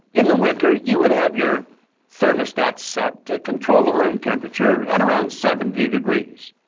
in the winter, you would have your thermostat set to control the room temperature at around seventy degrees.